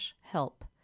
help